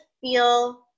feel